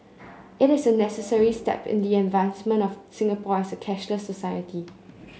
it is a necessary step in the advancement of Singapore as a cashless society